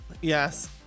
Yes